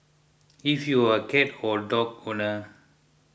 if you are a cat or dog owner